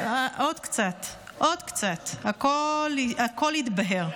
עוד קצת, הכול יתבהר.